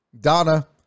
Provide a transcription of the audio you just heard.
Donna